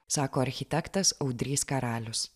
sako architektas audrys karalius